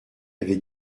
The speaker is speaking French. avait